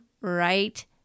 right